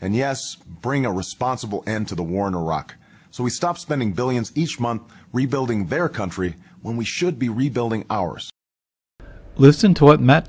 and yes bring a responsible and to the war in iraq so we stop spending billions each month rebuilding their country when we should be rebuilding ours listen to what ma